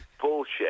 bullshit